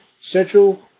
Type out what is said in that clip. Central